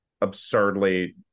absurdly